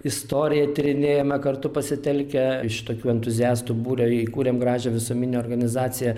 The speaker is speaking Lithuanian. istoriją tyrinėjame kartu pasitelkę iš tokių entuziastų būrio įkūrėm gražią visuomeninę organizaciją